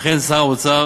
אכן, שר האוצר,